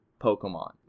Pokemon